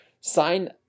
sign